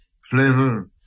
flavor